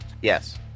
Yes